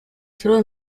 solo